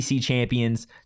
champions